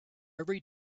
every